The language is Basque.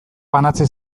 banatze